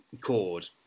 chord